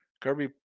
Kirby